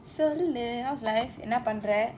சொல்லு:sollu how's life என்னா பண்ற:ennaa pandra